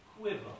quiver